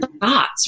thoughts